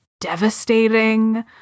devastating